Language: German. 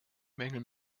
mängel